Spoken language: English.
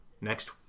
next